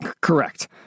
Correct